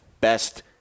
best